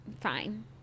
Fine